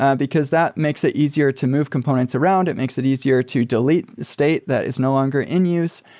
ah because that makes it easier to move components around. it makes it easier to delete state that is no longer in use.